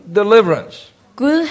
deliverance